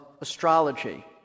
astrology